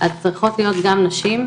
אז צריכות להיות גם נשים.